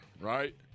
right